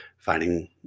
finding